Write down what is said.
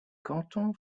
cantons